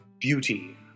beauty